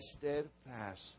steadfast